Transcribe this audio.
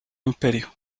imperio